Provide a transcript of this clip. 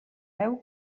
veu